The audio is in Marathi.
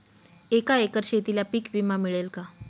एका एकर शेतीला पीक विमा मिळेल का?